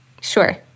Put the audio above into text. Sure